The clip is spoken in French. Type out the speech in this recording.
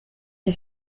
est